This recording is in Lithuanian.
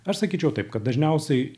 aš sakyčiau taip kad dažniausiai